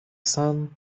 sun